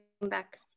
back